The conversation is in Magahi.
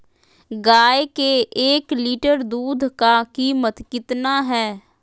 गाय के एक लीटर दूध का कीमत कितना है?